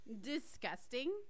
Disgusting